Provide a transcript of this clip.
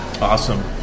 Awesome